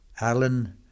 Alan